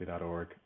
org